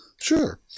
Sure